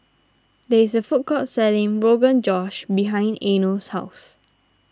there is a food court selling Rogan Josh behind Eino's house